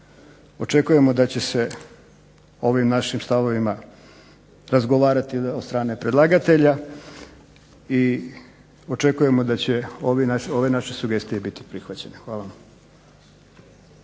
očekujemo da će se o ovim našim stavovima razgovarati od strane predlagatelja i očekujemo da će ove naše sugestije biti prihvaćene. Hvala.